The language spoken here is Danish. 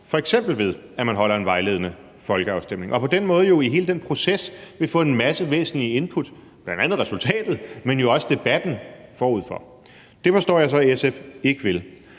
f.eks. være ved, at man holder en vejledende folkeafstemning. På den måde vil man i hele den proces jo få en masse væsentlige input, bl.a. resultatet, men også debatten forud for. Det forstår jeg så SF ikke vil.